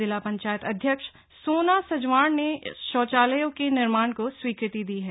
जिला पंचायत अध्यक्ष सोना सजवाण ने शौचालयों के निर्माण को स्वीकृति दी है